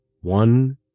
one